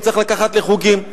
הוא צריך לקחת לחוגים.